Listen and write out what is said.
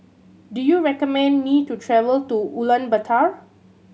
do you recommend me to travel to Ulaanbaatar